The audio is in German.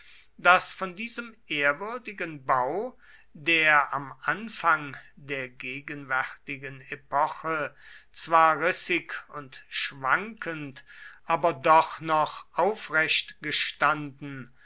daß von diesem ehrwürdigen bau der am anfang der gegenwärtigen epoche zwar rissig und schwankend aber doch noch aufrecht gestanden